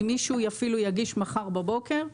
אם מישהו אפילו יגיש מחר בבוקר ,